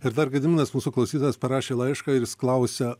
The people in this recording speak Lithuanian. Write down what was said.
ir dar gediminas mūsų klausytojas parašė laišką ir jis klausia